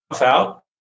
out